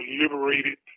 liberated